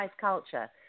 culture